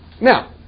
now